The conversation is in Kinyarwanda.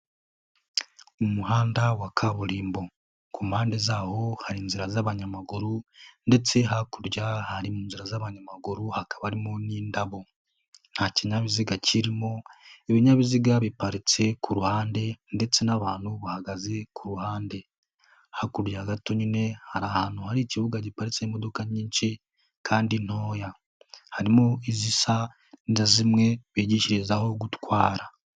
Umuhanda wa kaburimbo. Ku impande zawo hari inzira z'abanyamaguru, ndetse hakurya hari inzira z'abanyamaguru hakaba harimo n'indabo. Nta kinyabiziga kirimo, ibinyabiziga biparitse ku ruhande ndetse n'abantu bahagaze ku ruhande hakurya gato nyine hari ahantu hari ikibuga giparitsemo imodoka nyinshi kandi ntoya harimo izisa na zimwe bigishirizaho gutwara.